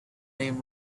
name